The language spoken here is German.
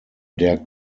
der